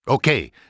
Okay